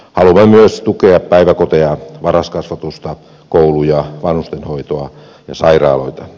haluamme myös tukea päiväkoteja varhaiskasvatusta kouluja vanhustenhoitoa ja sairaaloita